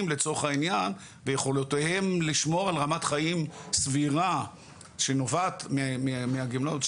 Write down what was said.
לצורך העניין ביכולותיהם לשמור על רמת חיים סבירה שנובעת מהגמלאות.